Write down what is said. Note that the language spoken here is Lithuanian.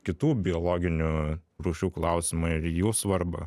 kitų biologinių rūšių klausimą ir jų svarbą